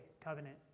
covenant